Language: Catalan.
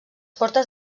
portes